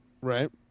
right